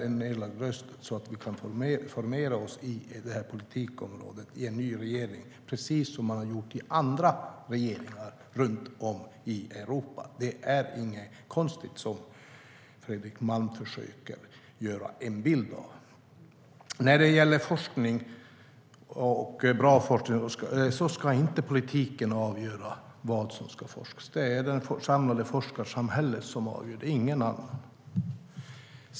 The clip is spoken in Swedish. En nedlagd röst innebär att vi kan formera oss på det här politikområdet med en ny regering, precis som man gjort i andra regeringar runt om i Europa. Det är inget konstigt, vilket Fredrik Malm försöker ge en bild av att det är. När det gäller bra forskning ska inte politiken avgöra vad som ska forskas. Det är det samlade forskarsamhället som avgör det och ingen annan.